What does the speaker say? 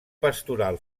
pastoral